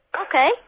Okay